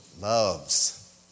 loves